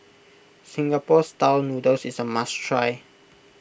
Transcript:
Singapore Style Noodles is a must try